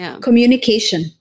Communication